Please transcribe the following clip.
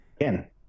again